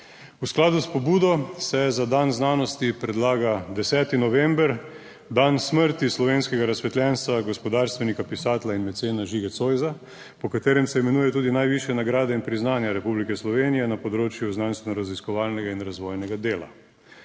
V skladu s pobudo se za dan znanosti predlaga 10. november, dan smrti slovenskega razsvetljenstva, gospodarstvenika, pisatelja in mecena Žige Zoisa, po katerem se imenuje Tudi najvišje nagrade in priznanja Republike Slovenije na področju znanstveno-raziskovalnega in razvojnega dela.